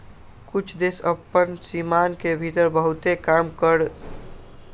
कुछ देश अप्पन सीमान के भीतर बहुते कम कर लगाबै छइ जेकरा कारण हुंनका टैक्स हैवन कहइ छै